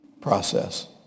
process